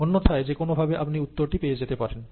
অন্যথায় যেকোনোভাবে আপনি উত্তরটি পেয়ে যেতে পারেন